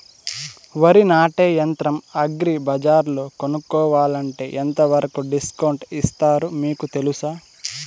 వరి నాటే యంత్రం అగ్రి బజార్లో కొనుక్కోవాలంటే ఎంతవరకు డిస్కౌంట్ ఇస్తారు మీకు తెలుసా?